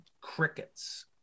Crickets